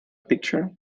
picture